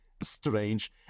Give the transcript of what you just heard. strange